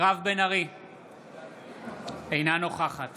אינה נוכחת